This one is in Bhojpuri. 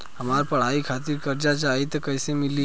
हमरा पढ़ाई खातिर कर्जा चाही त कैसे मिली?